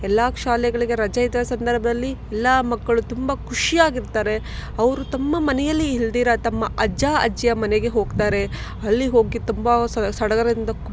ಎಲ್ಲ ಶಾಲೆಗಳಿಗೆ ರಜೆ ಇದ್ದ ಸಂದರ್ಭದಲ್ಲಿ ಎಲ್ಲ ಮಕ್ಕಳು ತುಂಬ ಖುಷಿಯಾಗಿರ್ತಾರೆ ಅವರು ತಮ್ಮ ಮನೆಯಲ್ಲಿ ಇಲ್ದಿರ ತಮ್ಮ ಅಜ್ಜ ಅಜ್ಜಿಯ ಮನೆಗೆ ಹೋಗ್ತಾರೆ ಅಲ್ಲಿ ಹೋಗಿ ತುಂಬ ಸ ಸಡಗರದಿಂದ